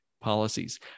policies